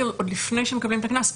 לפנייה עוד לפני שמקבלים את הקנס.